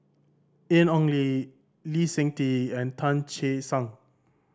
Ian Ong Li Lee Seng Tee and Tan Che Sang